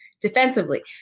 defensively